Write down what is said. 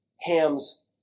Ham's